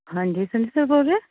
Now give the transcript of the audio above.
ਹਾਂਜੀ ਸੰਜੇ ਸਰ ਬੋਲ ਰਹੇ ਆ